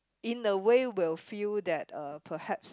in a way will feel that uh perhaps